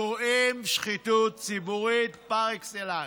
קוראים שחיתות ציבורית פר אקסלנס.